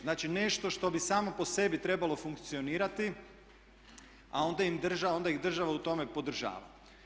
Znači nešto što bi samo po sebi trebalo funkcionirati a onda ih država u tom podržava.